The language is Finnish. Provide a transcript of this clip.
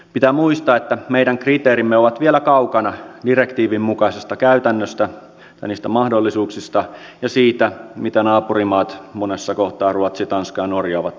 pitää muistaa että meidän kriteerimme ovat vielä kaukana direktiivin mukaisesta käytännöstä ja niistä mahdollisuuksista ja siitä mitä naapurimaat monessa kohtaa ruotsi tanska ja norja ovat tehneet